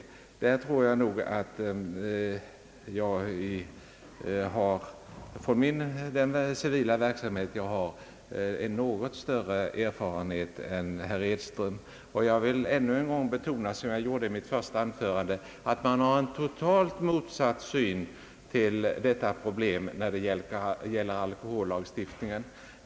Och där tror jag att min civila verksamhet har gett mig en något större erfarenhet än den herr Edström har på just det området. Dessutom vill jag ännu en gång betona, liksom jag gjorde i mitt första anförande, att man då det gäller alkohollagstiftningen har en totalt motsatt syn på detta problem.